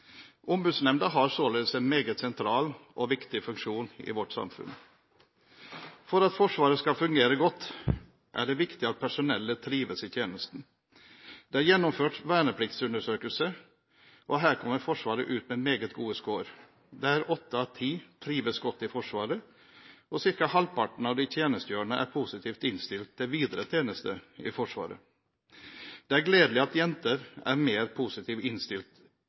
har således en meget sentral og viktig funksjon i vårt samfunn. For at Forsvaret skal fungere godt er det viktig at personellet trives i tjenesten. Det er gjennomført vernepliktundersøkelse, og her kommer Forsvaret ut med meget god score: åtte av ti trives godt i Forsvaret, og ca. halvparten av de tjenestegjørende er positivt innstilt til videre tjeneste i Forsvaret. Det er gledelig at jenter er mer positivt innstilt